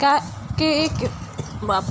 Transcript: गाए के एक लीटर दूध के कीमत केतना बा?